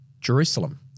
Jerusalem